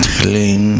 clean